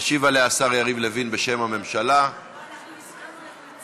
השתיים הראשונות בעד, ואתה נגד, אבל זה לא משנה.